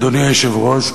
אדוני היושב-ראש,